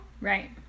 Right